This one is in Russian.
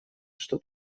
что